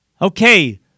Okay